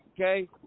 Okay